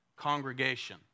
congregation